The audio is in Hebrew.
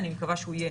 אני מקווה שהוא יהיה